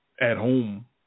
at-home